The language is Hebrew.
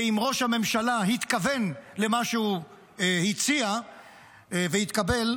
ואם ראש הממשלה התכוון למה שהוא הציע והתקבל,